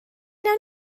wnawn